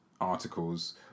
articles